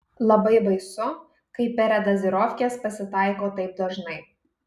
labai baisu kai peredazirofkės pasitaiko taip dažnai